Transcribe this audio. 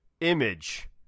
Image